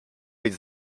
być